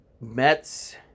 Mets